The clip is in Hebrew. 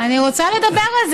אני רוצה לדבר על זה.